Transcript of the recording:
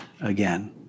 again